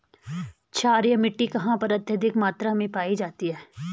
क्षारीय मिट्टी कहां पर अत्यधिक मात्रा में पाई जाती है?